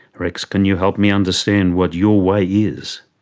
rex, can you help me understand what your way is?